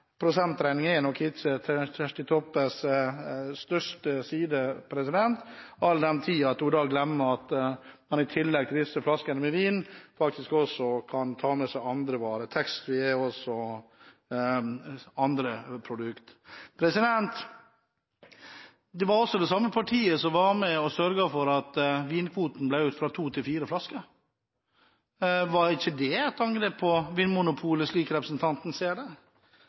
Prosentregning er nok ikke Kjersti Toppes sterkeste side, all den tid hun da glemmer at man i tillegg til disse flaskene med vin faktisk også kan ta med seg andre varer. Taxfree er jo også andre produkter. Det var også det samme partiet som var med på å sørge for at vinkvoten ble økt fra to til fire flasker. Var ikke det et angrep på Vinmonopolet, slik representanten ser det?